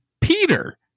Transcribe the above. Peter